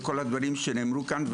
וכל הדברים שנאמרו כאן,